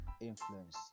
influence